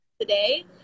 today